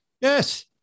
Yes